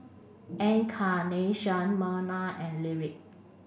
Encarnacion Merna and Lyric